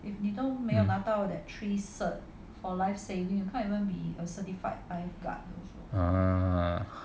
ah